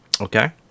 okay